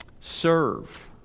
Serve